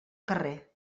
carrer